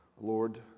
Lord